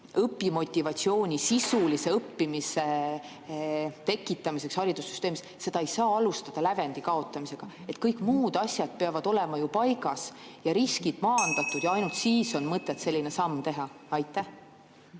õpimotivatsiooni, sisulise õppimise tekitamiseks haridussüsteemis ei saa alustada lävendi kaotamisest. Kõik muud asjad peavad olema paigas ja riskid maandatud, ainult siis on mõtet selline samm teha. Aitäh,